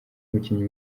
umukinnyi